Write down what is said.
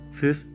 Fifth